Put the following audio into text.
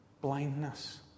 Blindness